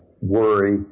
worry